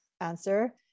answer